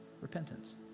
repentance